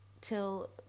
till